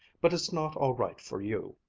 but it's not all right for you.